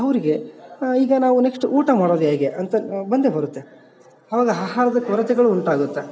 ಅವರಿಗೆ ಈಗ ನಾವು ನೆಕ್ಸ್ಟ್ ಊಟ ಮಾಡೋದು ಹೇಗೆ ಅಂತ ಬಂದೇ ಬರುತ್ತೆ ಅವಾಗ ಆಹಾರದ ಕೊರತೆಗಳು ಉಂಟಾಗುತ್ತೆ